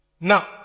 Now